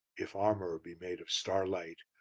if armour be made of starlight,